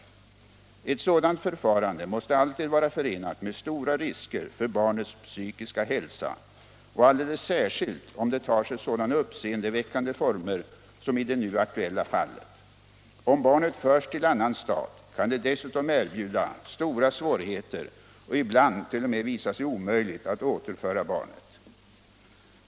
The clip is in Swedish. Ett sådant förfarande måste alltid vara förenat med stora risker för barnets psykiska hälsa, och alldeles särskilt om det tar sig sådana uppseendeväckande former som i det nu aktuella fallet. Om barnet förs till annan stat, kan det dessutom erbjuda stora svårigheter och ibland t.o.m. visa sig omöjligt att återföra barnet.